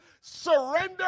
surrender